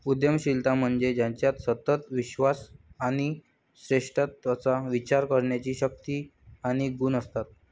उद्यमशीलता म्हणजे ज्याच्यात सतत विश्वास आणि श्रेष्ठत्वाचा विचार करण्याची शक्ती आणि गुण असतात